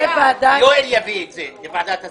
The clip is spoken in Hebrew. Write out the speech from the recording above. יואל יביא את זה לוועדת ההסכמות.